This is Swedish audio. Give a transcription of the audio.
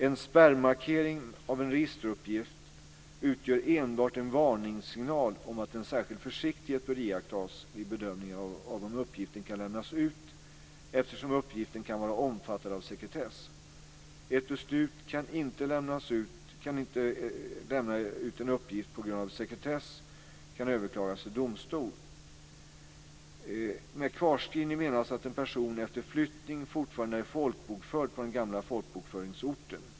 En spärrmarkering av en registeruppgift utgör enbart en varningssignal om att särskild försiktighet bör iakttas vid bedömningen av om uppgiften kan lämnas ut eftersom uppgiften kan vara omfattad av sekretess. Ett beslut att inte lämna ut en uppgift på grund av sekretess kan överklagas till domstol. Med kvarskrivning menas att en person efter flyttning fortfarande är folkbokförd på den gamla folkbokföringsorten.